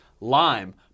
lime